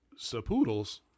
Sapoodles